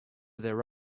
their